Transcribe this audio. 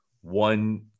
one